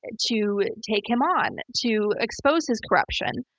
ah to take him on, to expose his corruption.